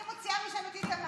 אני מוציאה משם את איתמר.